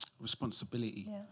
Responsibility